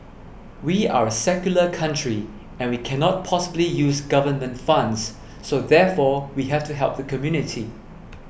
we are a secular country and we cannot possibly use government funds so therefore we have to help the community